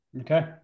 okay